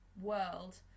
World